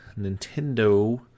Nintendo